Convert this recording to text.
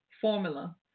formula